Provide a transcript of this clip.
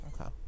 Okay